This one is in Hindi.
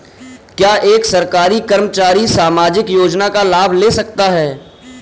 क्या एक सरकारी कर्मचारी सामाजिक योजना का लाभ ले सकता है?